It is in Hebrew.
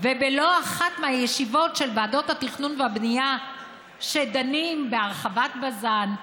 מהישיבות של ועדות התכנון והבנייה שדנות בהרחבות בז"ן,